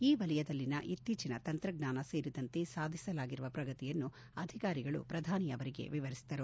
ಈ ವಲಯದಲ್ಲಿನ ಇತ್ತೀಚಿನ ತಂತ್ರಜ್ಞಾನ ಸೇರಿದಂತೆ ಸಾಧಿಸಲಾಗಿರುವ ಪ್ರಗತಿಯನ್ನು ಅಧಿಕಾರಿಗಳು ಪ್ರಧಾನಿ ಅವರಿಗೆ ವಿವರಿಸಿದರು